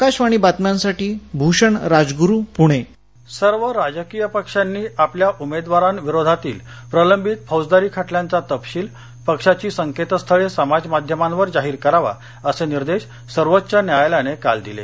आकाशवाणी बातम्यांसाठी भूषण राजग्रु पूणे सर्वोच्च न्यायालय सर्व राजकीय पक्षांनी आपल्या उमेदवारांविरोधातील प्रलंबित फौजदारी खटल्यांचा तपशील पक्षाची संकेतस्थळे समाजमाध्यमांवर जाहीर करावा असे निर्देश सर्वोच्च न्यायालयाने काल दिले